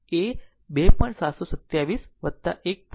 તેથી i t એ 2